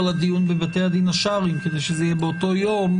לדיון בבתי הדין השרעיים כדי שזה יהיה באותו יום.